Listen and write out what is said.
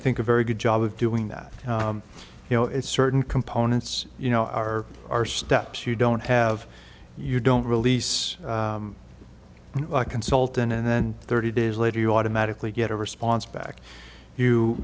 think a very good job of doing that you know it's certain components you know are our steps you don't have you don't release a consultant and then thirty days later you automatically get a response back you